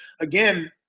again